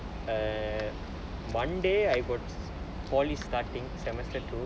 eh one day I go to polytechnic starting semester two